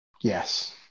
Yes